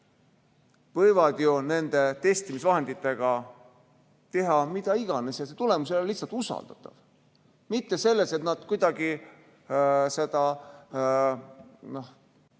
võivad ju nende testimisvahenditega teha mida iganes ja tulemus ei ole lihtsalt usaldatav. Mitte see, et nad hakkama ei